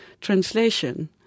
translation